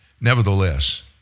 Nevertheless